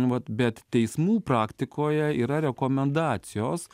vat bet teismų praktikoje yra rekomendacijos